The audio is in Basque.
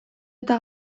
eta